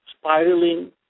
spiraling